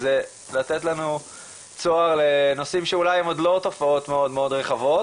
זה לתת לנו צוהר לנושאים שאולי הם עוד לא תופעות מאוד מאוד רחבות.